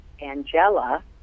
Angela